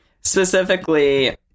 Specifically